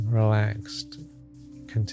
relaxed